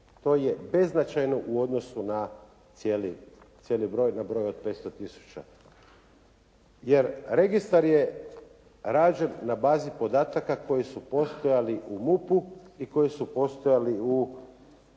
To je beznačajno u odnosu na cijeli broj, na broj od 500 tisuća. Jer registar je rađen na bazi podataka koji su postojali u MUP-u i koji su postojali u